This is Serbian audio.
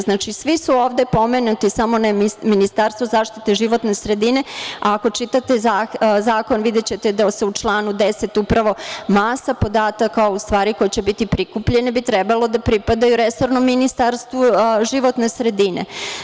Znači, svi su ovde pomenuti samo ne Ministarstvo zaštite životne sredine, a ako čitate zakon, videćete da se u članu 10. upravo masa podataka koji će biti prikupljeni, bi trebalo da pripadaju resornom Ministarstvu životne sredine.